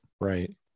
right